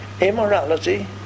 immorality